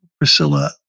Priscilla